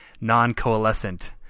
non-coalescent